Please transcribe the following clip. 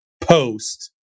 post